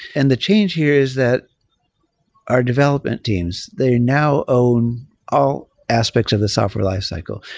and the change here is that our development teams, they now own all aspects of the software lifecycle.